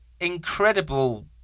Incredible